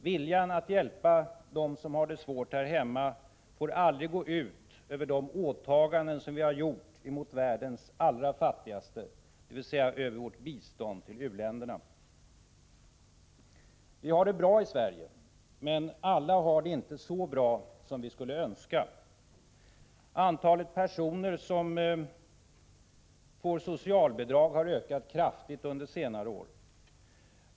Viljan att hjälpa dem som har det svårt här hemma får aldrig gå ut över de åtaganden vi gjort mot världens allra fattigaste, dvs. över vårt bistånd till u-länderna. Vi har det bra i Sverige. Men alla har det inte så bra som vi skulle önska. Antalet personer som får socialbidrag har ökat kraftigt under senare år.